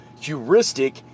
heuristic